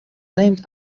named